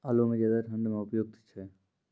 आलू म ज्यादा ठंड म उपयुक्त छै?